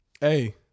Hey